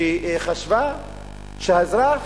שחשבה שהאזרח